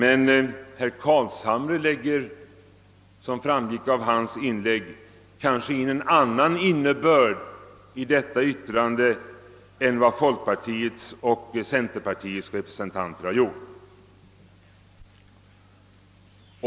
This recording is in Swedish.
Enligt vad som framgick av herr Carlshamres anförande inlägger dock herr Carlshamre en annan innebörd i yttrandet än vad folkpartiets och centerpartiets representanter gjort.